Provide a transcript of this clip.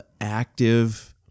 active